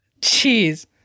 jeez